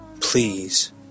Please